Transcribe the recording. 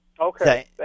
Okay